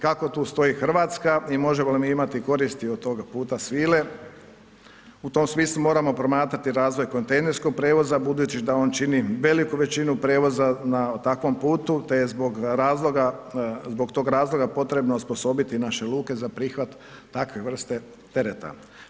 Kako tu stoji Hrvatska i možemo li mi imati koristi od toga puta svile u tom smislu moramo promatrati razvoj kontejnerskog prijevoza budući da on čini veliku većinu prijevoza na takvom putu, te je zbog razloga zbog tog razloga potrebno osposobiti naše luke za prihvat takve vrste tereta.